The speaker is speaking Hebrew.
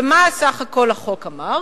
ומה סך הכול החוק אמר,